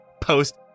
post